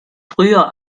früher